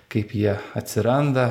kaip jie atsiranda